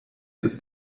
ist